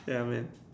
ya I mean